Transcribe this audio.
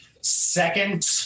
second